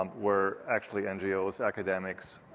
um where actually ngos, academics,